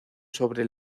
sobre